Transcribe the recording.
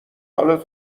حالت